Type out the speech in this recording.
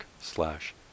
slash